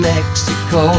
Mexico